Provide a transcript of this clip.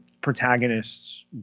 protagonists